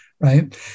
right